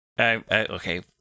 Okay